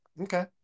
Okay